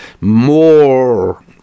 more